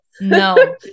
No